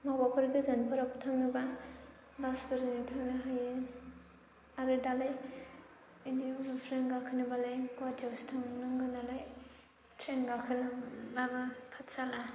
बबावबाफोर गोजानफोराव थांनोबा बासफोरजों थांनो हायो आरो दालाय बिदि एरुप्लेन गाखोनोबालाय गुवाहाटीयावसो थांनांगौ नालाय ट्रेन गाखोनोबाबो पाठसाला